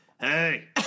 hey